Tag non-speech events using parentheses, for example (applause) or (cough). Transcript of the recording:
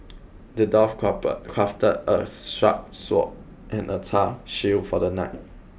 the dwarf **crafted a (unintelligible) sharp sword and a tough shield for the knight